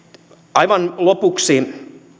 aivan lopuksi